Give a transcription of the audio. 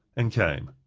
and came.